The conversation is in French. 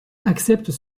acceptent